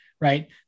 right